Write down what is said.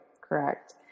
Correct